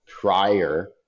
prior